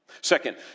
Second